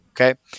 Okay